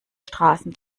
straßen